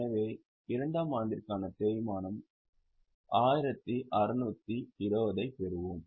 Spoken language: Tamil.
எனவே 2 ஆம் ஆண்டிற்கான தேய்மானமாக 1620 ஐப் பெறுவோம்